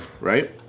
right